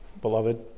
beloved